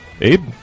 Abe